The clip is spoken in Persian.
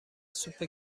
سوپ